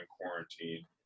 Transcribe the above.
quarantine